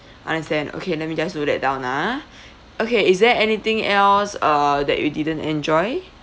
understand okay let me just note that down ah okay is there anything else uh that you didn't enjoy